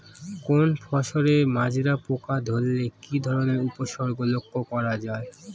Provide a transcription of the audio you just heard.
কোনো ফসলে মাজরা পোকা ধরলে কি ধরণের উপসর্গ লক্ষ্য করা যায়?